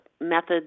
methods